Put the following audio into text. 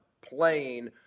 playing